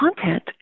content